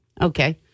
Okay